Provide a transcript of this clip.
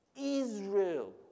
Israel